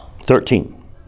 Thirteen